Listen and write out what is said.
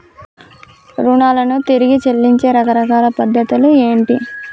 రుణాలను తిరిగి చెల్లించే రకరకాల పద్ధతులు ఏంటి?